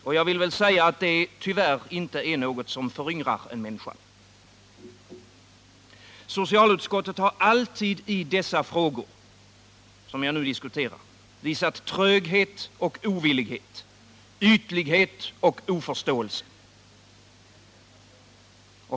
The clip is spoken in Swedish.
Det är nu tyvärr inget som föryngrar en människa. Socialutskottet har alltid i dessa frågor visat tröghet och ovillighet, ytlighet och oförståelse.